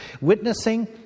Witnessing